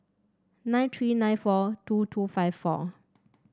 nine three nine four two two five four